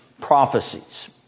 prophecies